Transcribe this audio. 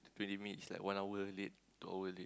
twenty minutes like one hour late two hour late